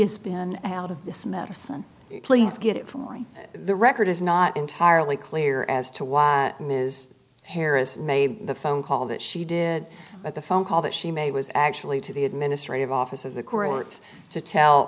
has been out of this medicine please get it from the record is not entirely clear as to why ms harris made the phone call that she did but the phone call that she made was actually to the administrative office of the correlates to tell